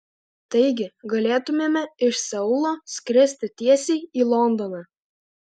taigi galėtumėme iš seulo skristi tiesiai į londoną